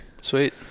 Sweet